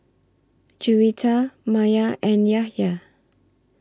Juwita Maya and Yahya